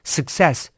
Success